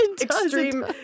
extreme